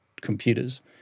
computers